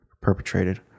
perpetrated